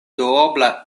duobla